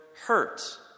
hurt